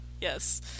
Yes